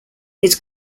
his